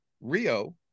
Rio